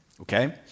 okay